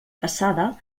passada